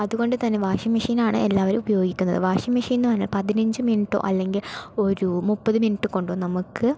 അതുകൊണ്ടുതന്നെ വാഷിങ്മെഷീൻ ആണ് എല്ലാവരും ഉപയോഗിക്കുന്നത് വാഷിംഗ് മെഷീൻ പതിനഞ്ച് മിനിട്ടോ അല്ലെങ്കിൽ ഒരു മുപ്പത് മിനിറ്റ് കൊണ്ട് നമുക്ക്